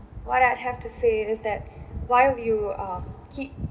what I'd have to say is that while you um keep